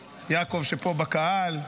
יעקב, פה בקהל,